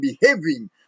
behaving